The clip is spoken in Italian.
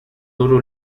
loro